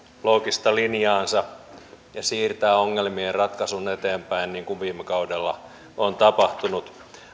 loogista linjaansa ja siirtää ongelmien ratkaisun eteenpäin niin kuin viime kaudella on tapahtunut